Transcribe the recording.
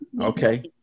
Okay